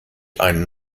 einen